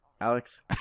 Alex